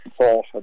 thought